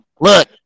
look